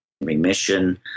remission